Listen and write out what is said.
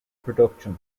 production